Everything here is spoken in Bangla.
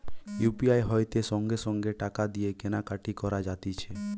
ইউ.পি.আই হইতে সঙ্গে সঙ্গে টাকা দিয়ে কেনা কাটি করা যাতিছে